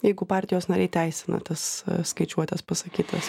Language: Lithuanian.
jeigu partijos nariai teisina tas skaičiuotes pasakytas